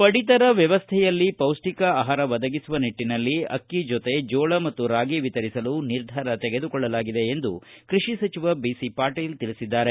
ಪಡಿತರ ವ್ಯವಸ್ಥೆಯಲ್ಲಿ ಪೌಷ್ಠಿಕ ಆಹಾರ ಒದಗಿಸುವ ನಿಟ್ಟಿನಲ್ಲಿ ಅಕ್ಕಿಯ ಜೊತೆ ಜೋಳ ಮತ್ತು ರಾಗಿ ವಿತರಿಸಲು ನಿರ್ಧಾರ ತೆಗೆದುಕೊಳ್ಳಲಾಗಿದೆ ಎಂದು ಕೃಷಿ ಸಚಿವ ಬಿಸಿ ಪಾಟೀಲ ತಿಳಿಸಿದ್ದಾರೆ